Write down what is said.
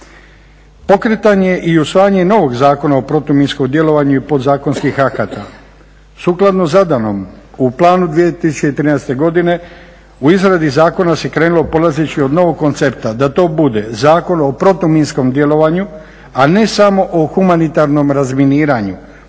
Pokretanje i usvajanje novog Zakona o protuminskog djelovanja i podzakonskih akata, sukladno zadanom u planu 2013.godine u izradi zakona se krenulo polazeći od novog koncepta da to bude Zakon o protuminskom djelovanju, a ne samo o humanitarnom razminiranju.